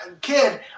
kid